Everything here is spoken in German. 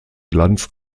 glanz